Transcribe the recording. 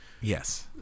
Yes